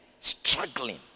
struggling